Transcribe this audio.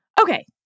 Okay